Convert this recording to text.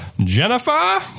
Jennifer